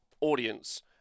audience